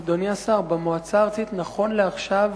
אדוני השר, במועצה הארצית, נכון לעכשיו,